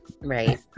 Right